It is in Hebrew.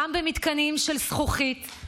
גם במתקנים של זכוכית,